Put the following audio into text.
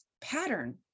pattern